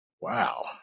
Wow